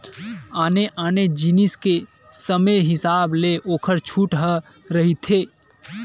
आने आने जिनिस के समे हिसाब ले ओखर छूट ह रहिथे